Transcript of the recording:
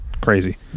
crazy